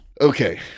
Okay